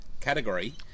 category